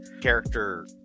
character-